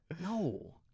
No